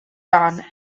dawn